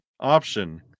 option